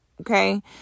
Okay